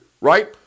right